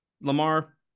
Lamar